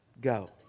go